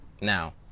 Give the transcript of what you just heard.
Now